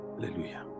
Hallelujah